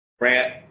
Grant